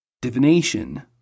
divination